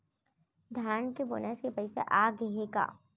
धान के बोनस के पइसा आप गे हे का?